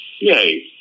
Yay